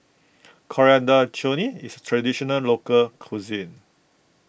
Coriander Chutney is Traditional Local Cuisine